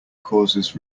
causes